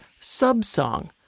subsong